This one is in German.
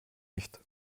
nicht